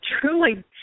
truly